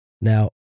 Now